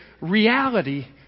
reality